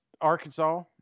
Arkansas